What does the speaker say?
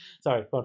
Sorry